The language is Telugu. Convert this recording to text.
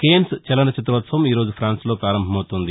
కేన్న్ చలన చిత్రోత్పవం ఈ రోజు ప్రాన్స్లో ప్రారంభమవుతుంది